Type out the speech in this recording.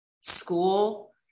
school